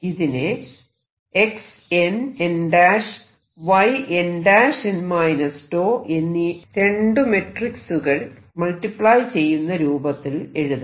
ഇതിനെ Xn n' Yn' n 𝞃 എന്നീ രണ്ടു മെട്രിക്സുകൾ മൾട്ടിപ്ലൈ ചെയ്യുന്ന രൂപത്തിൽ എഴുതാം